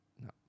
No